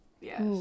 Yes